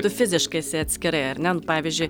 tu fiziškai esi atskirai ar ne nu pavyzdžiui